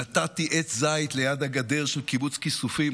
נטעתי עץ זית ליד הגדר של קיבוץ כיסופים.